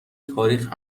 تاریخ